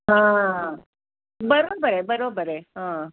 हां बरोबर आहे बरोबर आहे हां